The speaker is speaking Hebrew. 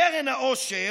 קרן העושר,